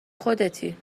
خودتی